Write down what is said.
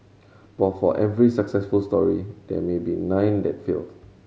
but for every successful story there may be nine that failed